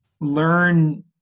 learn